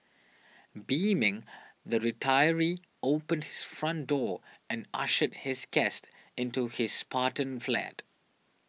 beaming the retiree opened his front door and ushered his guest into his spartan flat